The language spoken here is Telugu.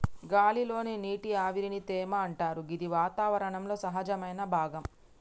గాలి లోని నీటి ఆవిరిని తేమ అంటరు గిది వాతావరణంలో సహజమైన భాగం